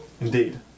Indeed